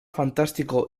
fantástico